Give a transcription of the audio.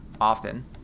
often